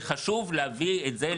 זה חשוב להביא את זה,